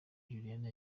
juliana